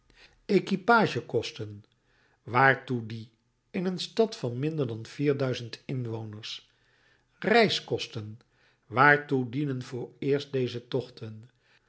ontleenen equipagekosten waartoe die in een stad van minder dan vier duizend inwoners reiskosten waartoe dienen vooreerst deze tochten